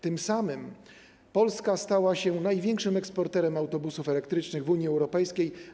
Tym samym Polska stała się największym eksporterem autobusów elektrycznych w Unii Europejskiej.